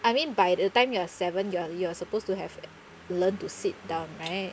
I mean by the time you are seven you are you are supposed to have learnt to sit down right